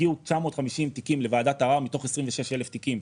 הגיעו 950 תיקים לוועדת ערר מתוך 26,000 תיקים.